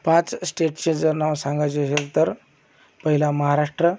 पाच स्टेटची जर नावं सांगायची झाली तर पहिला महाराष्ट्र